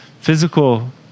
physical